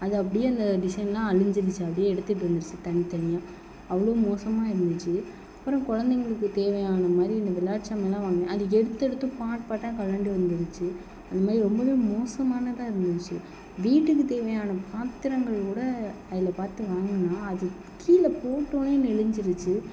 அது அப்படியே அந்த டிசைன்லாம் அழிஞ்சிடுச்சிஅப்படியே எடுத்துகிட்டு வந்துடுச்சு தனித்தனியாக அவ்வளோ மோசமாக இருந்துச்சு அப்புறம் குழந்தைங்களுக்கு தேவையான மாதிரி இந்த விளையாட்டு சாமான்ங்க எல்லாம் வாங்கினேன் அதை எடுத்து எடுத்து பார்ட் பார்ட்டாக கழண்டு வந்துடுச்சு அந்த மாதிரி ரொம்பவே மோசமானதாக இருந்துச்சு வீட்டுக்குத் தேவையான பாத்திரங்கள் கூட அதில் பார்த்து வாங்கின அது கீழே போட்ட உடனே நெளிஞ்சிடுச்சி